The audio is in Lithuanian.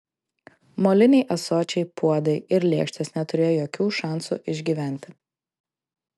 moliniai ąsočiai puodai ir lėkštės neturėjo jokių šansų išgyventi